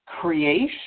creation